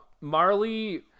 Marley